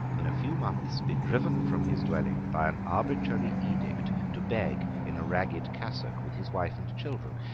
in a few months, be driven from his dwelling by an arbitrary edict to beg in a ragged cassock with his wife and children,